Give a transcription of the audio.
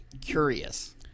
Curious